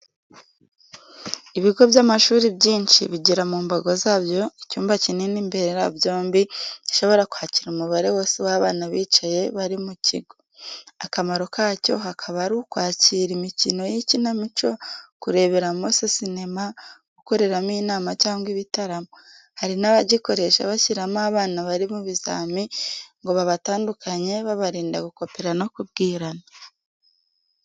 Ibigo by'amashuri byinshi bigira mu mbago zabyo icyumba kinini mberabyombi gishobora kwakira umubare wose w'abana bicaye bari mu kigo. Akamaro kacyo hakaba ari akwakira imikino y'ikinamico, kureberamo se sinema, gukoreramo inama cyangwa ibitaramo, hari n'abagikoresha bashyiramo abana bari mu bizami ngo babatandukanye babarinda gukopera no kubwirana.